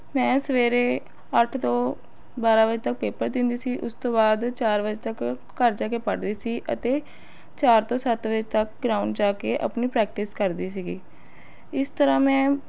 ਮੈਂ ਸਵੇਰੇ ਅੱਠ ਤੋਂ ਬਾਰਾਂ ਵਜੇ ਤੱਕ ਪੇਪਰ ਦਿੰਦੀ ਸੀ ਉਸ ਤੋਂ ਬਾਅਦ ਚਾਰ ਵਜੇ ਤੱਕ ਘਰ ਜਾ ਕੇ ਪੜ੍ਹਦੀ ਸੀ ਅਤੇ ਚਾਰ ਤੋਂ ਸੱਤ ਵਜੇ ਤੱਕ ਗਰਾਉਂਡ ਜਾ ਕੇ ਆਪਣੀ ਪ੍ਰੈਕਟਿਸ ਕਰਦੀ ਸੀਗੀ ਇਸ ਤਰ੍ਹਾਂ ਮੈਂ